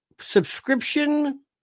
subscription